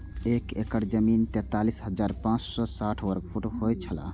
एक एकड़ जमीन तैंतालीस हजार पांच सौ साठ वर्ग फुट होय छला